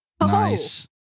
Nice